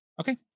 Okay